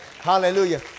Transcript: Hallelujah